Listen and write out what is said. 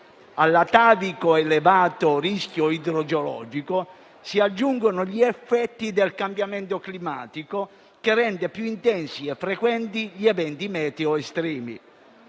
All'atavico elevato rischio idrogeologico si aggiungono gli effetti del cambiamento climatico, che rende più intensi e frequenti gli eventi meteo estremi.